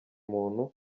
muntu